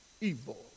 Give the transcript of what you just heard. evil